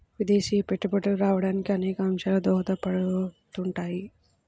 విదేశీ పెట్టుబడులు రావడానికి అనేక అంశాలు దోహదపడుతుంటాయి